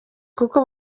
kuko